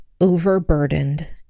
overburdened